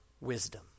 Wisdom